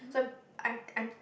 so I'm I'm I'm